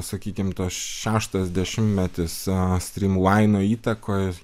sakykim tas šeštas dešimtmetis strymlaino įtakoj